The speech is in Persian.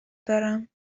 دارم